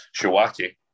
Shawaki